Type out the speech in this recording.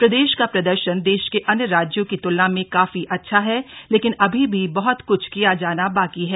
प्रदेश का प्रदर्शन देश के अन्य राज्यों की तुलना में काफी अच्छा है लेकिन अभी भी बहत कृछ किया जाना बाकी है